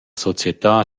società